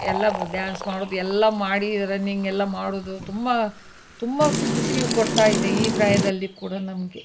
ಎಲ್ಲ ಡ್ಯಾನ್ಸ್ ಮಾಡುವುದು ಎಲ್ಲ ಮಾಡಿ ರನ್ನಿಂಗೆಲ್ಲ ಮಾಡುವುದು ತುಂಬ ತುಂಬ ಖುಷಿ ಕೊಡ್ತಾ ಇದೆ ಈ ಪ್ರಾಯದಲ್ಲಿ ಕೂಡ ನಮಗೆ